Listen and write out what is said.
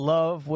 Love